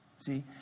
See